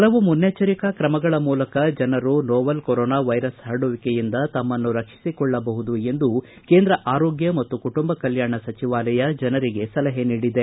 ಹಲವು ಮುನ್ನಚ್ಚರಿಕಾ ಕ್ರಮಗಳ ಮೂಲಕ ಜನರು ನೋವೆಲ್ ಕೊರೋನಾ ವೈರಸ್ ಹರಡುವಿಕೆಯಿಂದ ತಮ್ಮನ್ನು ರಕ್ಷಿಸಿಕೊಳ್ಳಬಹುದು ಎಂದು ಕೇಂದ್ರ ಆರೋಗ್ಯ ಮತ್ತು ಕುಟುಂಬ ಕಲ್ಯಾಣ ಸಚಿವಾಲಯ ಜನರಿಗೆ ಸಲಹೆ ನೀಡಿದೆ